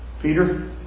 Peter